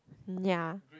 ya